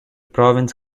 province